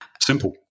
Simple